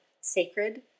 sacred